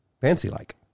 Fancy-like